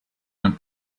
and